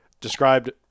described